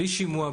בלי שימוע,